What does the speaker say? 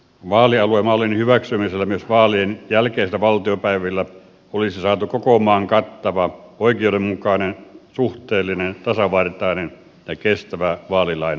vaalialuemallin hyväksymisellä myös vaalien jälkeisillä valtiopäivillä olisi saatu koko maan kattava oikeudenmukainen suhteellinen tasavertainen ja kestävä vaalilain uudistus